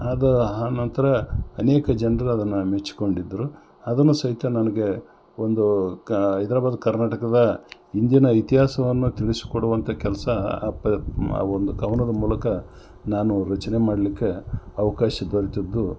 ಅದು ಆನಂತ್ರ ಅನೇಕ ಜನರು ಅದನ್ನು ಮೆಚ್ಚಿಕೊಂಡಿದ್ರು ಅದನ್ನು ಸಹಿತ ನನಗೆ ಒಂದು ಗಾ ಹೈದ್ರಾಬಾದ್ ಕರ್ನಾಟಕದ ಹಿಂದಿನ ಇತಿಹಾಸವನ್ನು ತಿಳಿಸಿಕೊಡುವಂಥ ಕೆಲಸ ಆ ಪ ಆ ಒಂದು ಕವನದ ಮೂಲಕ ನಾನು ರಚನೆ ಮಾಡಲಿಕ್ಕೆ ಅವಕಾಶ ದೊರೆತದ್ದು